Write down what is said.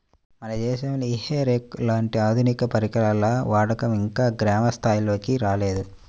మన దేశంలో ఈ హే రేక్ లాంటి ఆధునిక పరికరాల వాడకం ఇంకా గ్రామ స్థాయిల్లోకి రాలేదు